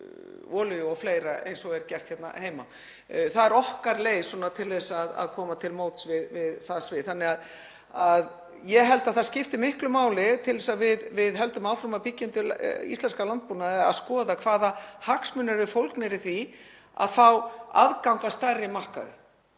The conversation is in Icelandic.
Það er okkar leið til að koma til móts við það svið. Ég held að það skipti miklu máli til þess að við höldum áfram að byggja undir íslenskan landbúnað að skoða hvaða hagsmunir eru fólgnir í því að fá aðgang að stærri markaði.